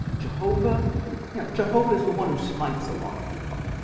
jehovah yeah jehovah is the one who smites a lot of people.